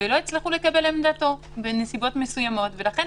ולא הצליחו לקבל את עמדתו בנסיבות מסוימות, ולכן